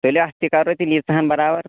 تُلِو اَتھ تہِ کَرو تیٚلہِ ییٖژاہَن برابر